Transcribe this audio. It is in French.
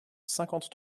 cinquante